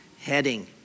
heading